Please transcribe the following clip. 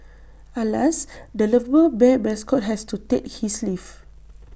alas the lovable bear mascot has to take his leave